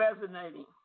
resonating